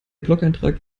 blogeintrag